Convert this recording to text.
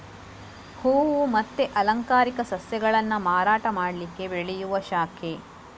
ಹೂವು ಮತ್ತೆ ಅಲಂಕಾರಿಕ ಸಸ್ಯಗಳನ್ನ ಮಾರಾಟ ಮಾಡ್ಲಿಕ್ಕೆ ಬೆಳೆಯುವ ಶಾಖೆ